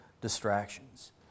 distractions